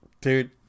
dude